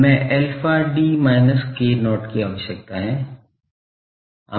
हमें alpha d minus k0 की आवश्यकता है